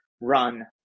run